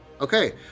Okay